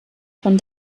von